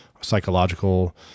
psychological